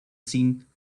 scene